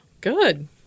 Good